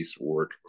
work